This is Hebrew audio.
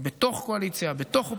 בתוך קואליציה, בתוך אופוזיציה,